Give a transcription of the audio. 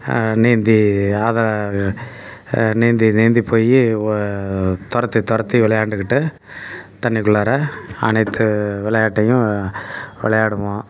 நீந்தி அதை நீந்தி நீந்தி போய் துரத்தி துரத்தி விளையாண்டுக்கிட்டு தண்ணிக்குள்ளார அனைத்து விளையாட்டையும் விளையாடுவோம்